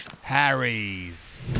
Harry's